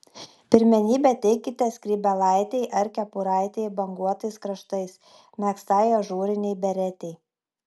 pirmenybę teikite skrybėlaitei ar kepuraitei banguotais kraštais megztai ažūrinei beretei